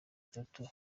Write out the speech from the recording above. itatu